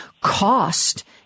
cost